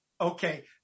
Okay